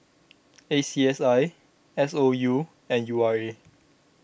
A C S I S O U and U R A